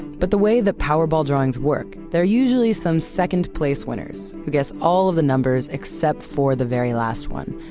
but the way the powerball drawings work, they're usually some second-place winners who guess all of the numbers except for the very last one.